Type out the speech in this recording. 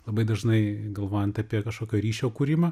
labai dažnai galvojant apie kažkokio ryšio kūrimą